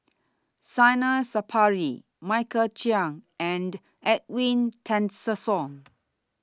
Zainal Sapari Michael Chiang and Edwin Tessensohn